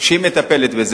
והיא מטפלת בזה.